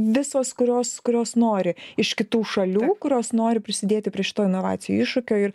visos kurios kurios nori iš kitų šalių kurios nori prisidėti prie šito inovacijų iššūkio ir